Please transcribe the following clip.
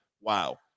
wow